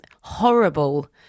horrible